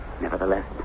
nevertheless